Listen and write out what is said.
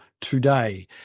today